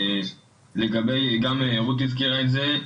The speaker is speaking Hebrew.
גם רותי הזכירה את זה,